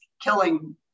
killing